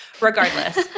Regardless—